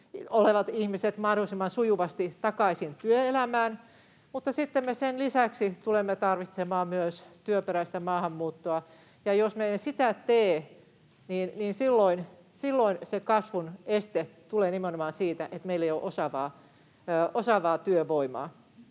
olevat ihmiset mahdollisimman sujuvasti takaisin työelämään, mutta sen lisäksi me tulemme tarvitsemaan myös työperäistä maahanmuuttoa. Jos me emme sitä tee, niin silloin se kasvun este tulee nimenomaan siitä, että meillä ei ole osaavaa työvoimaa.